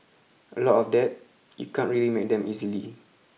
a lot of that you can't really make them easily